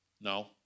No